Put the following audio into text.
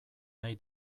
nahi